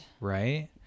right